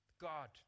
God